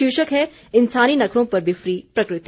शीर्षक है इन्सानी नखरों पर बिफरी प्रकृति